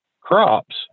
crops